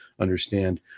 understand